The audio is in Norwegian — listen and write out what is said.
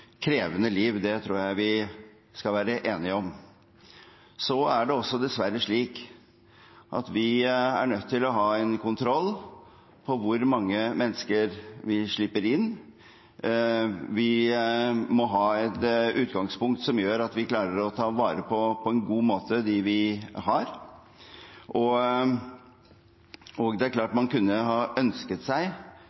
krevende liv. Det tror jeg vi skal være enige om. Så er det også dessverre slik at vi er nødt til å ha en kontroll på hvor mange mennesker vi slipper inn. Vi må ha et utgangspunkt som gjør at vi på en god måte klarer å ta vare på dem vi har. Det er klart at man kunne ha ønsket seg, for de enkeltmennesker det